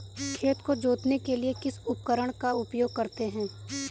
खेत को जोतने के लिए किस उपकरण का उपयोग करते हैं?